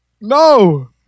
No